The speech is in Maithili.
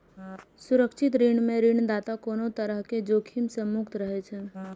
सुरक्षित ऋण मे ऋणदाता कोनो तरहक जोखिम सं मुक्त रहै छै